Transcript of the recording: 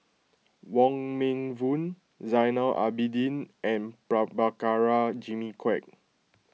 Wong Meng Voon Zainal Abidin and Prabhakara Jimmy Quek